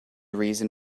reason